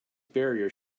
barrier